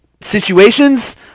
situations